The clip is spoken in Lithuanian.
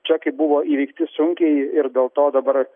čekai buvo įveikti sunkiai ir dėl to dabar